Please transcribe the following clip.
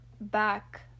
back